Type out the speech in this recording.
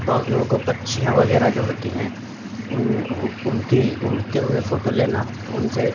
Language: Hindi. बहुत लोगों को पक्षियाँ वगैरह जो होती हैं उनकी उड़ते हुए फ़ोटू लेना उनसे